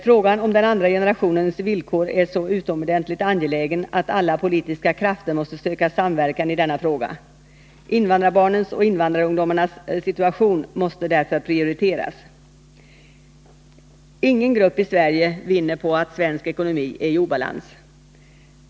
Frågan om den andra generationens villkor är så utomordentligt angelägen att alla politiska krafter måste söka samverkan i denna fråga. Invandrarbarnens och invandrarungdomarnas situation måste därför prioriteras. Ingen grupp i Sverige vinner på att svensk ekonomi är i obalans.